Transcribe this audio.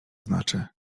znaczy